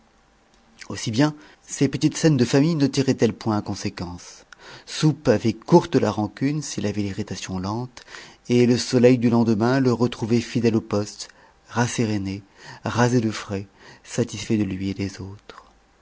aussi bien ces petites scènes de famille ne tiraient elles point à conséquence soupe avait courte la rancune s'il avait l'irritation lente et le soleil du lendemain le retrouvait fidèle au poste rasséréné rasé de frais satisfait de lui et des autres